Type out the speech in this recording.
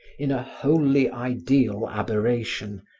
in a wholly ideal aberration,